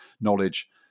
knowledge